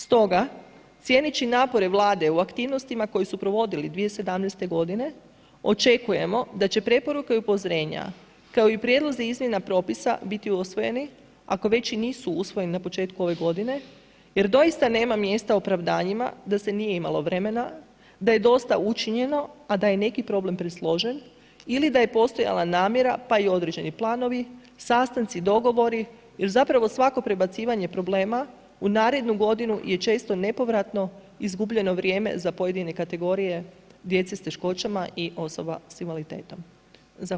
Stoga cijeneći napore Vlade u aktivnostima koje su provodili 2017. godine, očekujemo da će preporuke i upozorenja, kao i prijedlozi izmjena propisa biti usvojeni, ako već i nisu usvojeni na početku ove godine jer doista nema mjesta opravdanjima da se nije imalo vremena, da je dosta učinjeno, a da je neki problem presložen ili da je namjera pa i određeni planovi, sastanci, dogovori jer zapravo svako prebacivanje problema u narednu godinu je često nepovratno izgubljeno vrijeme za pojedine kategorije djece s teškoćama i osoba s invaliditetom.